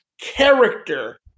character